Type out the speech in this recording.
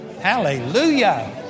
Hallelujah